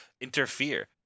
Interfere